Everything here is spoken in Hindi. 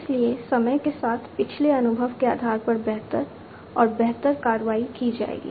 इसलिए समय के साथ पिछले अनुभव के आधार पर बेहतर और बेहतर कार्रवाई की जाएगी